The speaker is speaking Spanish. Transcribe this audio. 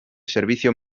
servicio